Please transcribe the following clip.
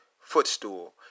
footstool